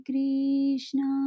Krishna